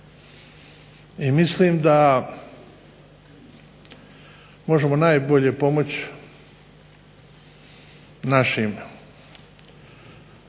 I mislim da možemo najbolje pomoći našim ljudima